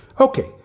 Okay